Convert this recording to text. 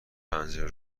پنجره